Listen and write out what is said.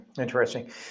Interesting